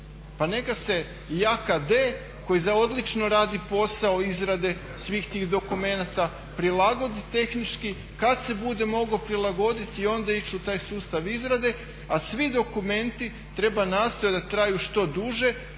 Pa neka se i AKD koji odlično radi posao izrade svih tih dokumenata prilagodi tehnički kad se bude mogao prilagoditi i onda ići u taj sustav izrade a svi dokumenti treba nastojati da traju što duže